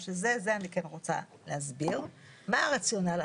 אז אנחנו רוצים להציג פה